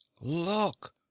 look